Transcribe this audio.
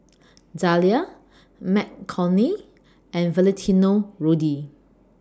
Zalia McCormick and Valentino Rudy